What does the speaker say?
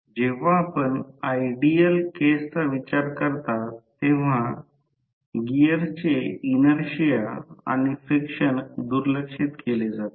जेव्हा आपण आयडियल केसचा विचार करता तेव्हा गीर्सचे इनर्शिया आणि फ्रिक्शन दुर्लक्षित केले जाते